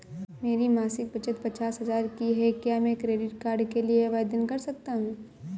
मेरी मासिक बचत पचास हजार की है क्या मैं क्रेडिट कार्ड के लिए आवेदन कर सकता हूँ?